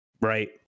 right